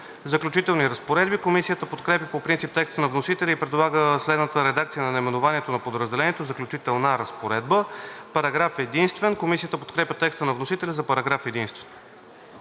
„Заключителни разпоредби“. Комисията подкрепя по принцип текста на вносителя и предлага следната редакция на наименованието на подразделението: „Заключителна разпоредба“. Комисията подкрепя текста на вносителя за параграф единствен.